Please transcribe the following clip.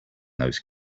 those